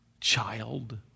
child